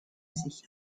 sich